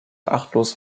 achtlos